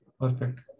Perfect